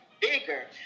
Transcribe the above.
bigger